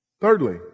Thirdly